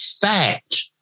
fact